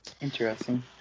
Interesting